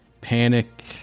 Panic